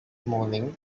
moaning